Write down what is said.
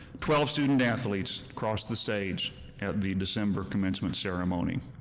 twelve student athletics crossed the stage at the december commencement ceremony.